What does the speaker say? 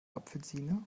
apfelsine